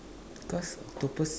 cause octopus